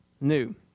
new